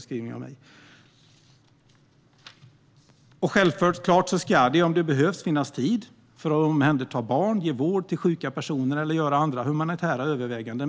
Självklart ska det om det behövs finnas tid att omhänderta barn, ge vård åt sjuka personer och göra andra humanitära överväganden.